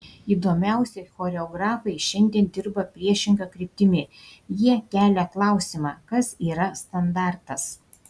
įdomiausi choreografai šiandien dirba priešinga kryptimi jie kelia klausimą kas yra standartas